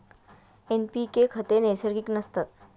NPK खते नैसर्गिक नसतात